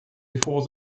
before